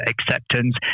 acceptance